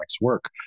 work